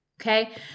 Okay